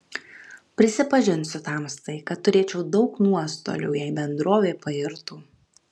prisipažinsiu tamstai kad turėčiau daug nuostolių jei bendrovė pairtų